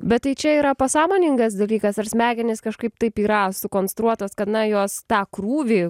bet tai čia yra pasąmoningas dalykas ar smegenys kažkaip taip yra sukonstruotos kad na jos tą krūvį